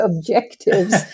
objectives